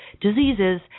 diseases